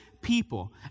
people